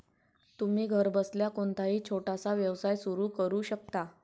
तुम्ही घरबसल्या कोणताही छोटासा व्यवसाय सुरू करू शकता